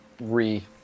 re